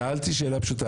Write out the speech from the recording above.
שאלתי שאלה פשוטה.